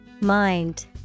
Mind